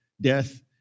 Death